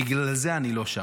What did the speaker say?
בגלל זה אני לא שם.